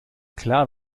klar